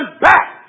back